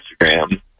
Instagram